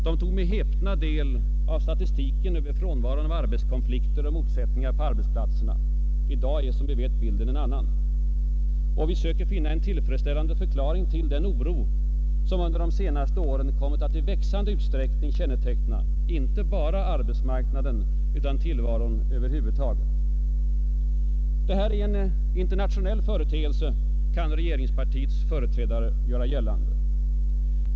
De tog med häpnad del av statistik över frånvaron av arbetskonflikter och motsättningar på arbetsplatserna. I dag är, som vi vet, bilden en annan, och vi söker finna en tillfredsställande förklaring till den oro som under det senaste året kommit att i växande utsträckning känneteckna inte bara arbetsmarknaden utan tillvaron över huvud taget. Detta är en internationell företeelse, kan regeringspartiets företrädare göra gällande.